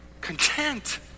content